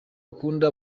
akunda